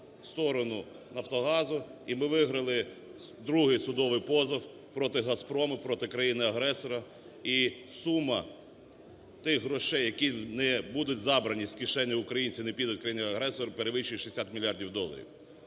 сторону "Нафтогазу" і ми виграли другий судовий позов проти "Газпрому", проти країни-агресора. І сума тих грошей, які не будуть забрані з кишень українців і не підуть країні-агресора, перевищує 60 мільярдів доларів.